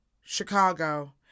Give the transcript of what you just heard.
Chicago